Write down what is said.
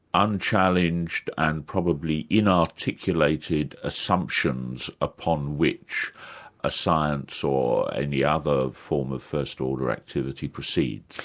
unchallenged and probably inarticulated assumptions upon which a science or any other form of first-order activity, proceeds?